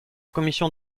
commission